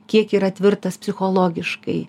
kiek yra tvirtas psichologiškai